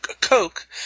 Coke